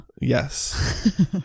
Yes